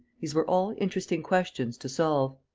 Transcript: these were all interesting questions to solve.